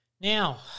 Now